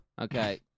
Okay